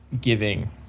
giving